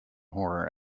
horror